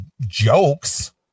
jokes